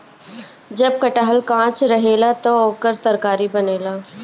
जब कटहल कांच रहेला त ओकर तरकारी बनेला